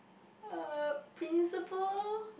uh principal